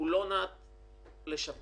לא נועד לשפר,